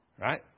Right